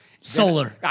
solar